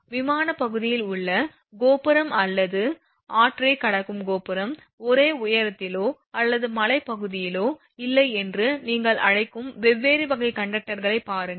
விமானப் பகுதியில் உள்ள கோபுரம் அல்லது ஆற்றைக் கடக்கும் கோபுரம் ஒரே உயரத்திலோ அல்லது மலைப்பகுதியிலோ இல்லை என்று நீங்கள் அழைக்கும் வெவ்வேறு வகை கண்டக்டர்களைப் பாருங்கள்